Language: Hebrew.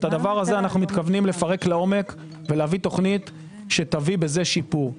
את זה אנו מתכוונים לפרק לעומק ולהביא תוכנית שתביא בזה שיפור.